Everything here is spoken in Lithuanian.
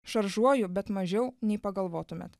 šaržuoju bet mažiau nei pagalvotumėt